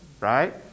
right